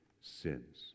sins